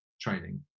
training